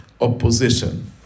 opposition